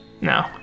No